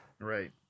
Right